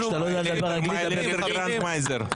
כשאתה לא יודע לדבר אנגלית --- אנחנו